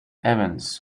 evans